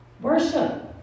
Worship